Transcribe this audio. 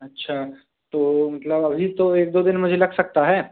अच्छा तो मतलब अभी तो एक दो दिन मुझे लग सकता है